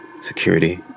Security